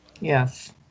Yes